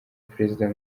perezida